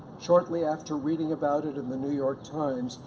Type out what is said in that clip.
shortly after reading about it in the new york times,